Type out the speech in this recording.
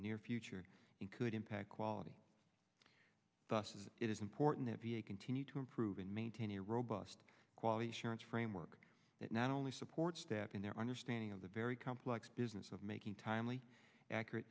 the near future and could impact quality thus it is important to continue to improve and maintain a robust quality assurance framework that not only support staff in their understanding of the very complex business of making timely accurate